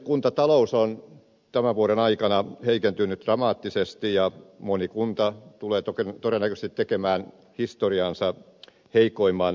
kuntatalous on tämän vuoden aikana heikentynyt dramaattisesti ja moni kunta tulee todennäköisesti tekemään historiansa heikoimman tuloksen